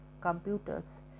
computers